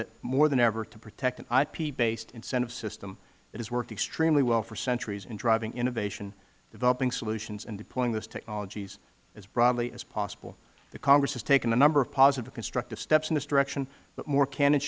important more than ever to protect an ip based incentive system that has worked extremely well for centuries and driving innovation developing solutions and deploying those technologies as broadly as possible the congress has taken a number of positive constructive steps in this direction but more can